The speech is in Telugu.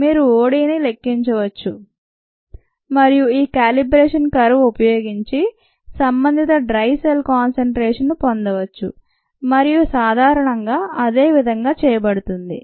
మీరు ODని లెక్కించవచ్చు మరియు ఈ క్యాలిబ్రేషన్ కర్వ్ ఉపయోగించి సంబంధిత డ్రై సెల్ కాన్సెన్ట్రేషన్ ను పొందవచ్చు మరియు సాధారణంగా అదే విధంగా చేయబడుతుంది